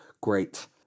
great